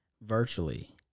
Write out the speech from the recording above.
virtually